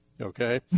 Okay